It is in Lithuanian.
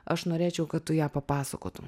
aš norėčiau kad tu ją papasakotum